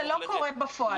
זה לא קורה בפועל.